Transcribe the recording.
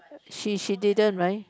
she she didn't right